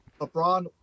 LeBron